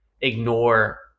ignore